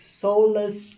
soulless